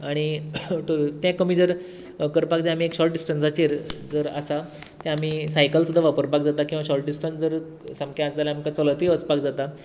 आनी आनी जर तें कमी करपाक जाय जाल्यार शॉर्ट डिस्टंसाचेर जर आसा तें आमी सायकल सुद्दां वापरपाक जाता किंवा शॉर्ट डिस्टन्स जर सामकें आसा जाल्यार आमकां चलतूय वचपाक जाता